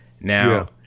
Now